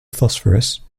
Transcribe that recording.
phosphorus